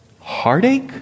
Heartache